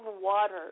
water